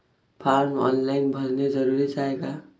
Form online भरने जरुरीचे हाय का?